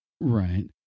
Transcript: Right